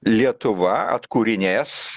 lietuva atkūrinės